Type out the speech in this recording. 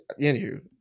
Anywho